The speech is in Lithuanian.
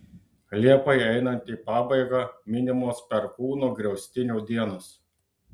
liepai einant į pabaigą minimos perkūno griaustinio dienos